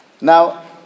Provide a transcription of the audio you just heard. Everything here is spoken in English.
Now